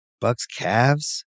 Bucks-Cavs